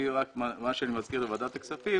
אני מזכיר לוועדת הכספים